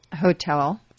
hotel